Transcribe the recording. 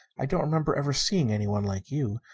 i don't remember ever seeing anyone like you.